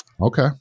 Okay